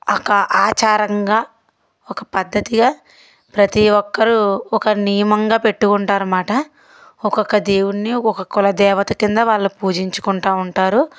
ఒక ఆచారంగా ఒక పద్దతిగా ప్రతీ ఒక్కరు ఒక నియమంగా పెట్టుకుంటారమాట ఒక్కొక్క దేవుడ్ని ఒక్కొక్క కుల దేవత కింద వాళ్ళు పూజించుకుంటా ఉంటారు